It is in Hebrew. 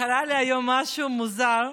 קרה לי היום משהו מוזר,